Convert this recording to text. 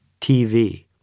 TV